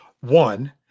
one